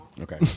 Okay